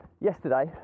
yesterday